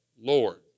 Lord